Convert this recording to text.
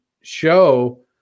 show